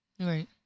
Right